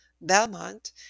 Belmont